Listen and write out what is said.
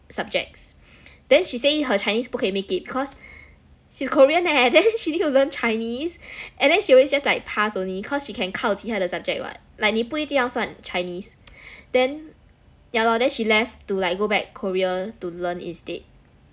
subjects then she say her chinese 不可以 make it cause she's korean eh then she need to learn chinese and then she always just like pass only cause she can 靠其他的 subject what like 你不一定要算 chinese then yeah lor then she left to like go back Korea to learn instead